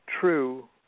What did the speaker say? true